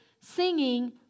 singing